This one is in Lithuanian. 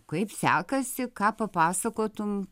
kaip sekasi ką papasakotum